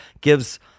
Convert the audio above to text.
gives